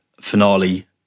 finale